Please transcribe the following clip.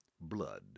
blood